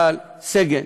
אבל סגן